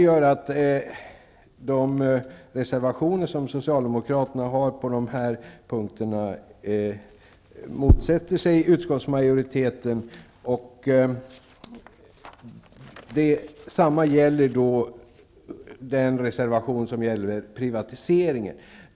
I de reservationer som socialdemokraterna har på dessa punkter motsätter de sig utskottsmajoritetens uppfattning. Detsamma gäller för den reservation som handlar om privatisering.